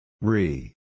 Re